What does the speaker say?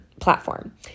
platform